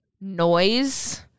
noise